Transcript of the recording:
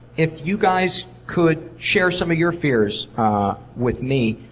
if you guys could share some of your fears with me.